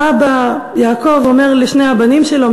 האבא יעקב אומר לשני הבנים שלו,